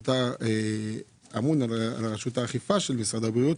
ואתה אמון על רשות האכיפה של משרד הבריאות,